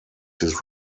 his